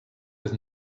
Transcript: with